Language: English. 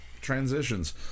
transitions